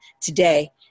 today